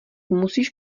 musíš